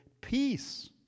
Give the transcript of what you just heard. Peace